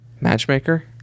Matchmaker